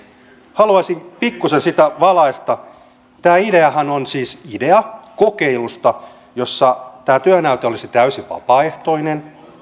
haluaisin pikkuisen sitä valaista tämä ideahan on siis idea kokeilusta jossa tämä työnäyte olisi täysin vapaaehtoinen